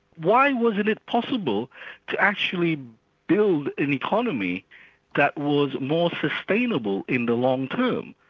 why wasn't it possible to actually build an economy that was more sustainable in the long term,